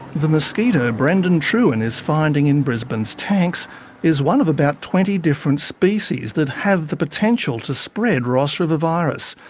the mosquito brendan trewin is finding in brisbane's tanks is one of about twenty different species that have the potential to spread ross river virus,